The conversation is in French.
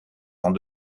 dans